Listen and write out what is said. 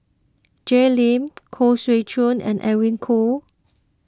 Jay Lim Khoo Swee Chiow and Edwin Koo